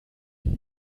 denn